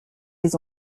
les